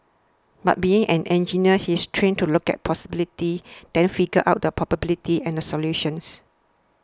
but being an engineer he is trained to look at possibilities then figure out the probabilities and solutions